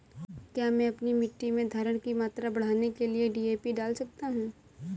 क्या मैं अपनी मिट्टी में धारण की मात्रा बढ़ाने के लिए डी.ए.पी डाल सकता हूँ?